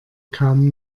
kaum